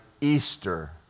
Easter